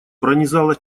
пронизала